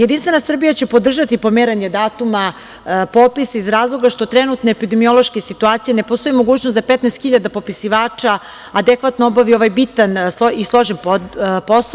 Jedinstvena Srbija će podržati pomeranje datuma popisa iz razloga što trenutno u epidemiološkoj situaciji ne postoji mogućnost da 15 hiljada popisivača adekvatno obavi ovaj bitan i složen posao.